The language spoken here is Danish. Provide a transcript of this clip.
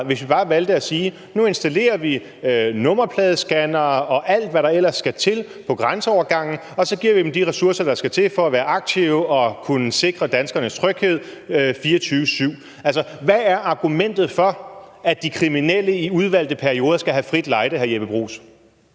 hvis vi bare valgte at sige: Nu installerer vi nummerpladescannere og alt, hvad der ellers skal til, på grænseovergangen, og så giver vi dem de ressourcer, der skal til, for at være aktive og kunne sikre danskernes tryghed 24-7. Hvad er argumentet for, at de kriminelle i udvalgte perioder skal have frit lejde? Kl. 13:32 Fjerde